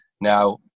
now